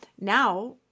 now